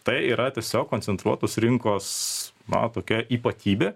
tai yra tiesiog koncentruotos rinkos na tokia ypatybė